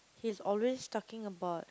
he's always talking about